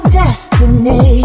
destiny